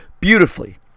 beautifully